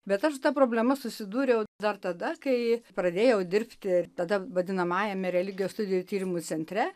bet aš su ta problema susidūriau dar tada kai pradėjau dirbti tada vadinamajame religijos studijų tyrimų centre